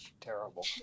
terrible